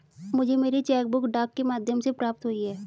मुझे मेरी cheque book डाक के माध्यम से प्राप्त हुई है